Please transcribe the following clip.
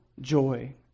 joy